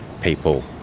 people